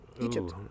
Egypt